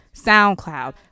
SoundCloud